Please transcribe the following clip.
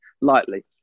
lightly